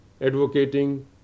advocating